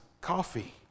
coffee